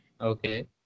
Okay